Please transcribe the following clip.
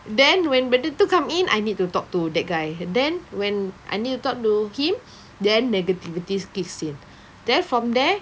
then when benda tu come in I need to talk to that guy then when I need to talk to him then negativity kicks in then from there